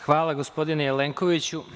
Hvala, gospodine Jelenkoviću.